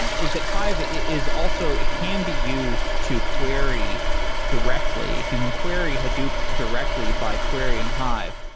is that hive is also, it can be used to query directly. it can can query hadoop directly by querying hive,